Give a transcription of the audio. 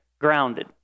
grounded